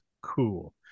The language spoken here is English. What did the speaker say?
cool